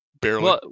barely